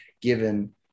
given